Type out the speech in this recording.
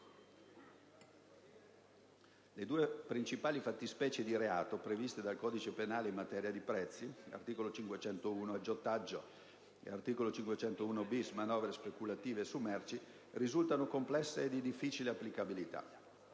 Le due principali fattispecie di reato previste dal codice penale in materia di prezzi, l'articolo 501 (aggiotaggio) e il 501*-bis* (manovre speculative su merci), risultano complesse e di difficile applicabilità;